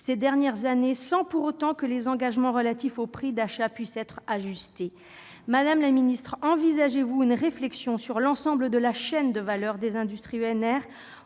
ces dernières années, sans que les engagements relatifs aux prix d'achat puissent être ajustés. Madame la secrétaire d'État, envisagez-vous une réflexion sur l'ensemble de la chaîne de valeur des industries ENR,